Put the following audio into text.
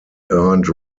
earned